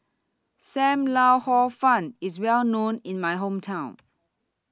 SAM Lau Hor Fun IS Well known in My Hometown